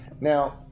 Now